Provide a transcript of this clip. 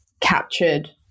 captured